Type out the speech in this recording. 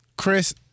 Chris